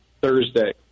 Thursday